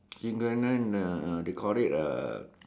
skincare trend uh they call it uh